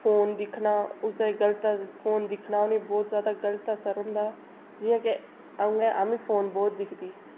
phone दिक्खना उसें गलत फोन दिक्खना बोह्त ज्यादा गलत असर होंदा जियां कि अ'ऊं ऐ अम्मी फोन बोह्त दिखदी ही